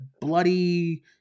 bloody